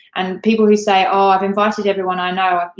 and people who say oh, i've invited everyone i know,